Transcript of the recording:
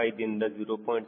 5 ದಿಂದ 0